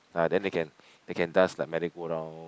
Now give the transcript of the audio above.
ah then they can they can dance like merry go round